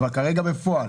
אבל כרגע בפועל.